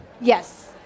Yes